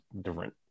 different